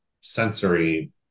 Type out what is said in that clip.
sensory